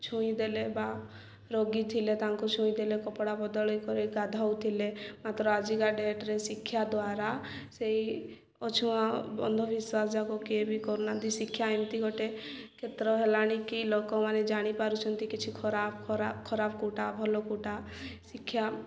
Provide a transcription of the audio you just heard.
ଛୁଇଁ ଦେଲେ ବା ରୋଗୀ ଥିଲେ ତାଙ୍କୁ ଛୁଇଁ ଦେଲେ କପଡ଼ା ବଦଳେଇ କରି ଗାଧାଉଥିଲେ ମାତ୍ର ଆଜିକା ଡେଟରେ ଶିକ୍ଷା ଦ୍ୱାରା ସେଇ ଅଛୁଆଁ ବନ୍ଧବିଶ୍ୱାସ ଯାକ କିଏ ବି କରୁନାହାନ୍ତି ଶିକ୍ଷା ଏମିତି ଗୋଟେ କ୍ଷେତ୍ର ହେଲାଣି କି ଲୋକମାନେ ଜାଣିପାରୁଛନ୍ତି କିଛି ଖରାପ ଖରା ଖରାପ କେଉଁଟା ଭଲ କେଉଁଟା ଶିକ୍ଷା